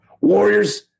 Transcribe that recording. Warriors